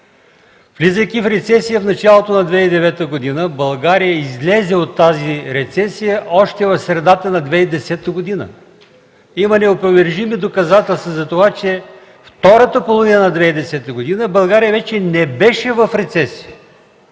Влизайки в рецесия в началото на 2009 г. България излезе от тази рецесия още в средата на 2010 г. Има неопровержими доказателства за това, че във втората половина на 2010 г. България вече не беше в рецесия.